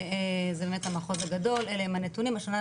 זה באמת המחוז הגדול אלו הנתונים השנה,